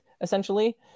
essentially